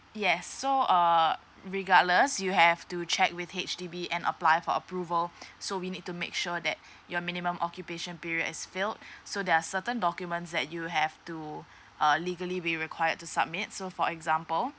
yes so err regardless you have to check with H_D_B and apply for approval so we need to make sure that your minimum occupation period is filled so there are certain documents that you have to uh legally be required to submit so for example